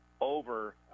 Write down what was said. over